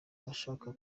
abashaka